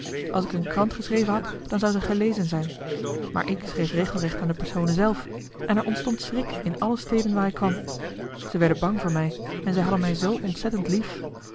als ik een krant geschreven had dan zou zij gelezen zijn maar ik schreef regelrecht aan de personen zelf en er ontstond schrik in alle steden waar ik kwam zij werden bang voor mij en zij hadden mij zoo ontzettend lief